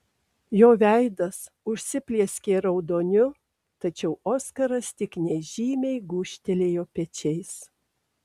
jo veidas užsiplieskė raudoniu tačiau oskaras tik nežymiai gūžtelėjo pečiais